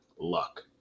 Luck